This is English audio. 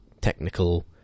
technical